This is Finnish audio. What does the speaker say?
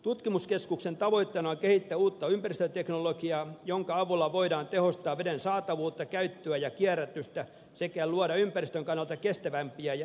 tutkimuskeskuksen tavoitteena on kehittää uutta ympäristöteknologiaa jonka avulla voidaan tehostaa veden saatavuutta käyttöä ja kierrätystä sekä luoda ympäristön kannalta kestävämpiä ja energiatehokkaampia ratkaisuja